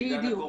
בדיוק.